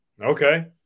Okay